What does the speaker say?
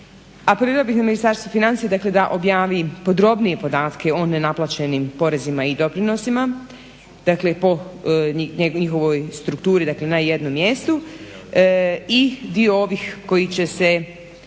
Apelirala bih na Ministarstvo financija dakle da objavi podrobnije podatke o nenaplaćenim porezima i doprinosima, dakle po njihovoj strukturi dakle na jednom mjestu i dio ovih koji će se